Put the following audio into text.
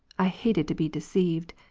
i hated to be deceived,